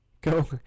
Go